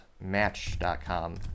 match.com